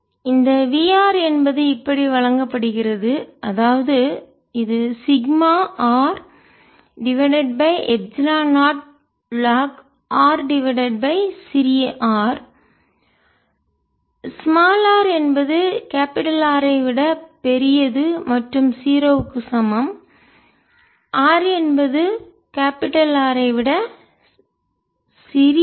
எனவே இந்த v r என்பது இப்படி வழங்கப்படுகிறது அதாவது இது sigma R divided by epsilon naught log R divided by சிறிய ஆர் r என்பது கேபிடல் R ஐ விட பெரியது மற்றும் 0 க்கு சமம் r என்பது கேபிடல் R ஐ விட சிறியது